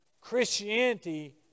Christianity